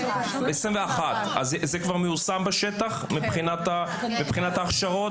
אז זה כבר מיושם בשטח מבחינת ההכשרות?